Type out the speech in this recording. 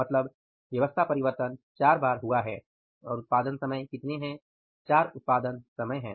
मतलब व्यवस्था परिवर्तन 4 बार हुआ है और उत्पादन समय कितने हैं 4 उत्पादन समय हैं